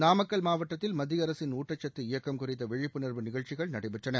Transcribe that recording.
நாமக்கல் மாவட்டத்தில் மத்திய அரசின் ஊட்டச்சத்து இயக்கம் குறித்த விழிப்புணர்வு நிகழ்ச்சிகள் நடைபெற்றன